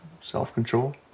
Self-control